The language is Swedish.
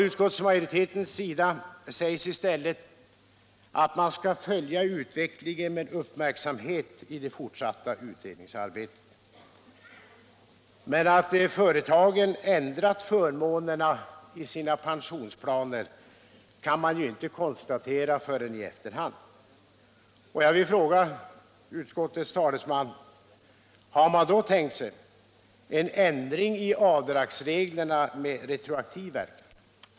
Utskottsmajoriteten säger i stället att man skall följa utvecklingen med uppmärksamhet i det fortsatta utredningsarbetet. Men man kan inte förrän i efterhand konstatera att ett företag ändrat förmånerna i sina pensionsplaner! Jag vill fråga utskottets talesman: Har man då tänkt sig en ändring i avdragsreglerna med retroaktiv verkan?